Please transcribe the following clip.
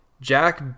Jack